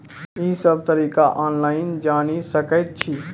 ई सब तरीका ऑनलाइन जानि सकैत छी?